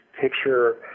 picture